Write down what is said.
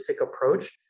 approach